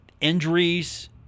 injuries